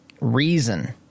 reason